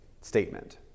statement